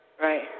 Right